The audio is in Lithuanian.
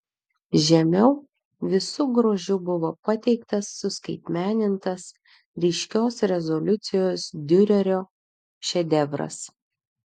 žemiau visu grožiu buvo pateiktas suskaitmenintas ryškios rezoliucijos diurerio šedevras